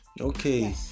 Okay